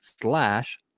slash